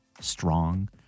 strong